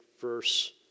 verse